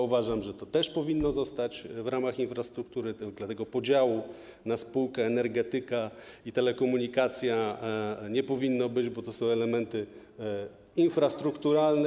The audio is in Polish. Uważam, że to powinno zostać w ramach infrastruktury, dlatego podziału na spółkę energetyka i telekomunikacja nie powinno być, bo to są elementy infrastrukturalne.